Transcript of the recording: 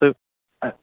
تہٕ